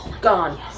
gone